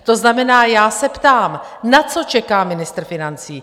To znamená, já se ptám, na co čeká ministr financí?